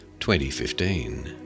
2015